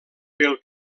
pel